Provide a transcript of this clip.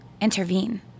intervene